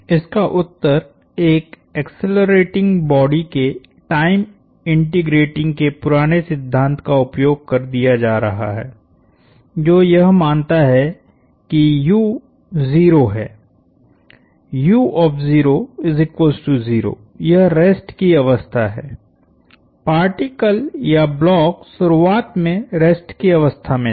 इसका उत्तर एक एक्सेलरेटिंग बॉडी के लिए टाइम इंटीग्रेटिंग के पुराने सिद्धांत का उपयोग कर दिया जा रहा है जो यह मानता है कि u 0 है यह रेस्ट की अवस्था है पार्टिकल या ब्लॉक शुरुवात में रेस्ट की अवस्था में था